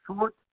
short